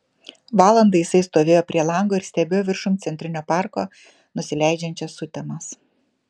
valandą jisai stovėjo prie lango ir stebėjo viršum centrinio parko nusileidžiančias sutemas